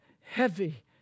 heavy